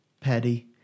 petty